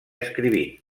escrivint